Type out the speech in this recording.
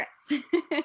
secrets